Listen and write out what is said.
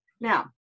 Now